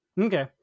Okay